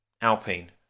Alpine